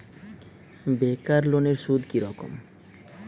বেকার লোনের সুদ কি রকম?